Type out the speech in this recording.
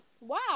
Wow